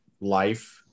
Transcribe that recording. life